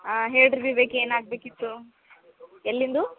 ಹಾಂ ಹೇಳ್ರಿ ವಿವೇಕ್ ಏನು ಆಗಬೇಕಿತ್ತು ಎಲ್ಲಿಂದು